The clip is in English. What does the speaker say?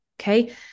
Okay